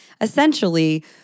essentially